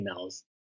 emails